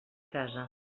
casa